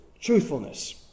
Truthfulness